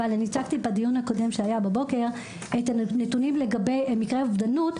אבל אני הצגתי בדיון הקודם שהיה בבוקר את הנתונים לגבי מקרי אובדנות.